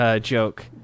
joke